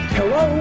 Hello